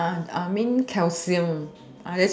I mean calcium